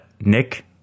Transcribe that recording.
Nick